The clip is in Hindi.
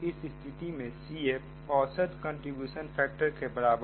इस स्थिति में CF औसत कंट्रीब्यूशन फैक्टर के बराबर है